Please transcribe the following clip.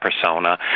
persona